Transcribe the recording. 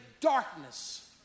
darkness